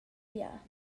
bia